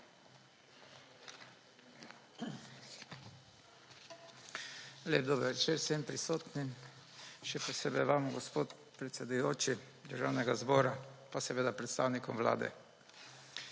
Lep dober večer vsem prisotnim, še posebej vam, gospod predsedujoči Državnega zbora, pa seveda predstavnikom vlade.